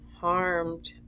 harmed